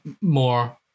more